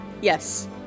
Yes